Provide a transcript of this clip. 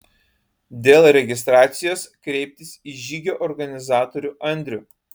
dėl registracijos kreiptis į žygio organizatorių andrių